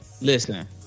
Listen